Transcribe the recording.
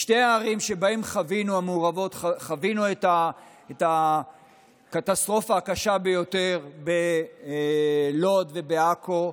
בשתי הערים המעורבות שבהן חווינו את הקטסטרופה הקשה ביותר: בלוד ובעכו,